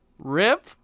Rip